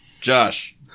josh